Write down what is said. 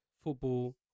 football